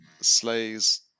slays